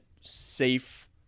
safe